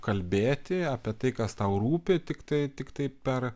kalbėti apie tai kas tau rūpi tiktai tiktai per